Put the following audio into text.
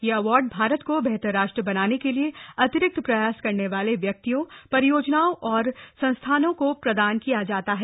यह अवॉर्ड भारत को बेहतर राष्ट्र बनाने के लिए अतिरिक्त प्रयास करने वाले व्यक्तियों परियोजनाओं और संस्थाओं को प्रदान किया जाता है